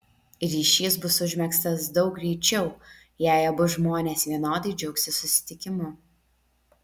ryšys bus užmegztas daug greičiau jei abu žmonės vienodai džiaugsis susitikimu